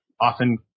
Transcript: often